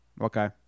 Okay